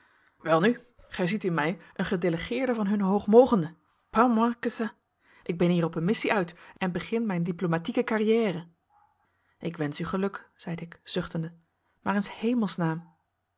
welnu gij ziet in mij een gedelegeerde van hunne hoogmogenden pas moins que ça ik ben hier op een missie uit en begin mijn diplomatieke carrière ik wensch u geluk zeide ik zuchtende maar